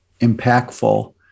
impactful